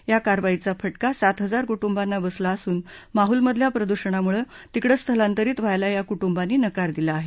या कारवाईचा फटका सात हजार कुटुंबांना बसला असून माहूलमधल्या प्रदूषणामुळे तिकडे स्थलांतरित व्हायला या कूटुंबांनी नकार दिला आहे